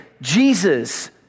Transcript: Jesus